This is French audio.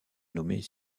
nommés